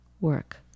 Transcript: work